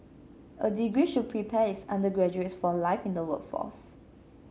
a degree should prepare its undergraduates for life in the workforce